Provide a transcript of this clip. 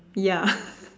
ya